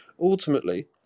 ultimately